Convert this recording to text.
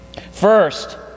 First